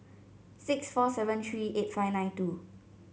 six four seven three eight five nine two